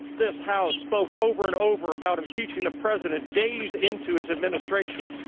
this house spoke over and over about impeaching the president days into his administration.